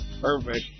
perfect